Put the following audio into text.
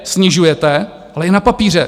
Snižujete, ale jen na papíře.